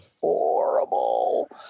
horrible